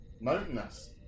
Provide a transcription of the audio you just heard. mountainous